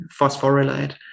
phosphorylate